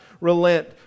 relent